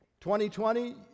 2020